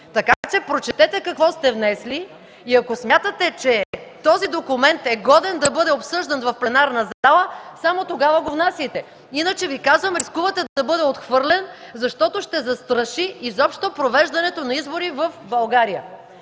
Така че прочетете какво сте внесли и ако смятате, че този документ е годен да бъде обсъждан в пленарната зала, само тогава го внасяйте. Иначе, Ви казвам, рискувате да бъде отхвърлен, защото ще застраши изобщо провеждането на избори в България.